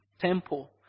temple